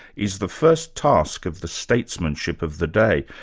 is the first task of the statesmanship of the day.